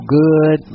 good